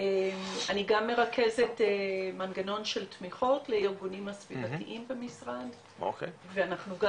אני גם מרכזית מנגנון של תמיכות לארגונים הסביבתיים במשרד ואנחנו גם